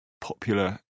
popular